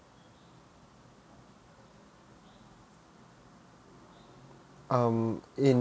um in